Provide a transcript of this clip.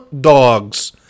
dogs